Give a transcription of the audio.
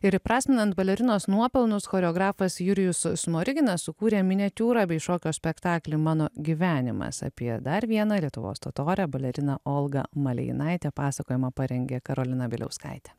ir įprasminant balerinos nuopelnus choreografas jurijus smoriginas sukūrė miniatiūrą bei šokio spektaklį mano gyvenimas apie dar vieną lietuvos totorę baleriną olgą malėjinaitę pasakojimą parengė karolina bieliauskaitė